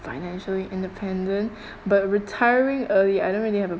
financially independent but retiring early I don't really have a